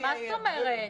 מה זאת אומרת?